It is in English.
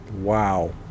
Wow